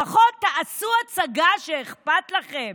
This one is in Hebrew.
לפחות תעשו הצגה שאכפת לכם,